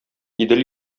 идел